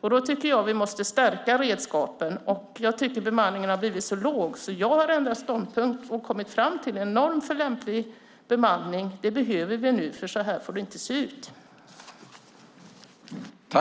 Därför måste vi stärka redskapen. Jag tycker att bemanningen har blivit så låg att jag ändrat ståndpunkt och kommit fram till att det behövs en norm för lämplig bemanning. Den behöver vi nu, för det får inte se ut som det gör.